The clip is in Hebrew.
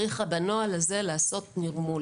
בנוהל הזה צריך לעשות נרמול.